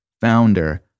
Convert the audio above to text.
founder